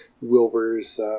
Wilbur's